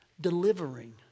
delivering